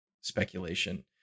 speculation